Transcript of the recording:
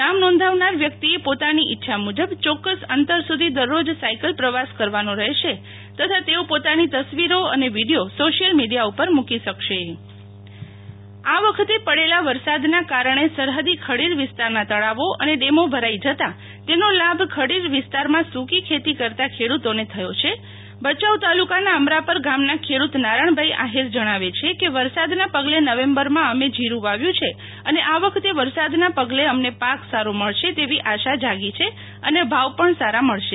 નામ નોધાવનાર વ્યક્તિએ ઈચ્છા મુજબ ચોક્કસ અંતર સુધી દરરોજ સાયકલ પ્રવાસ કરવાનો રહેશે તથા તેઓ પોતાની તસવીરો અને વીડિયો સોશિયલ મીડિયા ઉપર મુ કી શકશે શીતલ વૈશ્નવ અમરાપર ખેડુ ત આ વખતે પડેલા વરસાદના કારણે સરહદી ખડીર વિસ્તારના તળાવો અને ડેમો ભરાઈ જતા તેનો લાભ ખડીર વિસ્તારમાં સુકી ખેતી કરતા ખેડૂતોને થયો છે ભયાઉ તાલુકાના અમરાપર ગામના ખેડૂત નારાણભાઈ આહિર જણાવે છે કે વરસાદના પગલે નવેમ્બરમાં અમે જીરું વાવ્યું છે અને આ વખતે વરસાદના પગલે અમ્લે પાક સારો મળશે તેવી આશા જાગી છે અને ભાવ પણ સારા મળશે